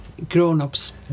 grown-ups